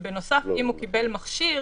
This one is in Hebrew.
ובנוסף, אם הוא קיבל מכשיר,